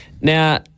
Now